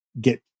get